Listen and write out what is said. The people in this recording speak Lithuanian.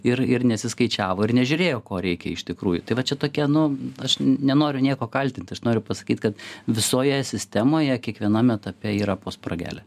ir ir nesiskaičiavo ir nežiūrėjo ko reikia iš tikrųjų tai va čia tokia nu aš nenoriu nieko kaltint aš noriu pasakyt kad visoje sistemoje kiekvienam etape yra po spragelę